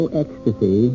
ecstasy